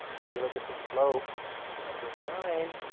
if you look at the slope of this line,